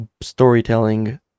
storytelling